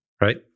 right